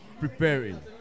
preparing